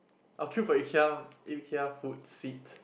I will queue for Ikea Ikea food seat